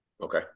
Okay